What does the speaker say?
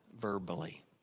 verbally